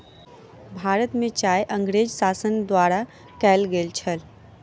भारत में चाय अँगरेज़ शासन द्वारा कयल गेल छल